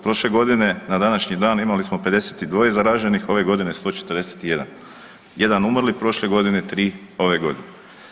Prošle godine na današnji dan imali smo 52 zaraženih ove godine 141, 1 umrli prošle godine 3 ove godine.